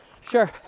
Sure